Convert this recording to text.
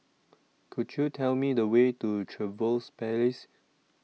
Could YOU Tell Me The Way to Trevose Palace